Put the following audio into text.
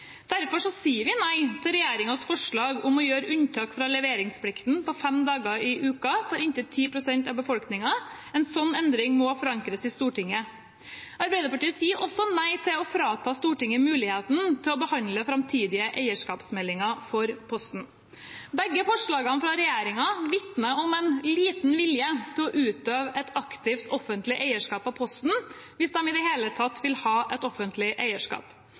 Derfor sier vi nei til regjeringens forslag om å gjøre unntak fra leveringsplikten på fem dager i uken for inntil 10 pst. av befolkningen. En slik endring må forankres i Stortinget. Arbeiderpartiet sier også nei til å frata Stortinget muligheten til å behandle framtidige eierskapsmeldinger for Posten. Begge forslagene fra regjeringen vitner om liten vilje til å utøve et aktivt offentlig eierskap av Posten, hvis de i det hele tatt vil ha et offentlig eierskap.